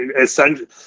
Essentially